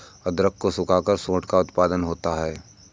अदरक को सुखाकर सोंठ का उत्पादन होता है